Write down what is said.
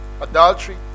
adultery